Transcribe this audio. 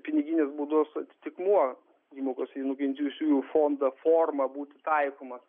piniginės baudos atitikmuo įmokos į nukentėjusiųjų fondą forma būti taikomas